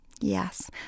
Yes